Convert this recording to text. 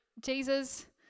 Jesus